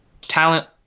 talent